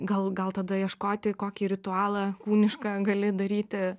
gal gal tada ieškoti kokį ritualą kūnišką gali daryti